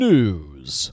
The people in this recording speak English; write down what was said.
News